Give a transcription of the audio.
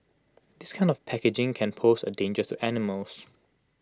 this kind of packaging can pose A danger to animals